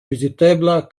vizitebla